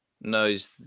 knows